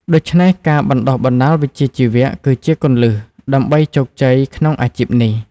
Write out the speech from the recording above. ដូច្នេះការបណ្តុះបណ្តាលវិជ្ជាជីវៈគឺជាគន្លឹះដើម្បីជោគជ័យក្នុងអាជីពនេះ។